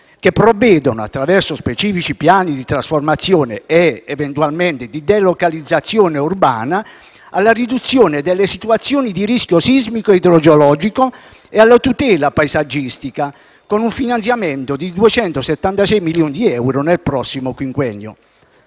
che provvedono, attraverso specifici piani di trasformazione ed eventualmente di delocalizzazione urbana, alla riduzione delle situazioni di rischio sismico e idrogeologico e alla tutela paesaggistica con un finanziamento di 276 milioni di euro nel prossimo quinquennio.